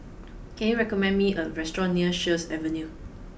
can you recommend me a restaurant near Sheares Avenue